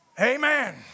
Amen